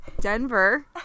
Denver